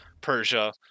Persia